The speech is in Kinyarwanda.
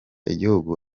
igihugu